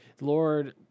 Lord